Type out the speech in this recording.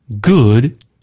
good